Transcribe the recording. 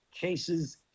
cases